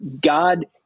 God